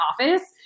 office